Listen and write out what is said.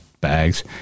bags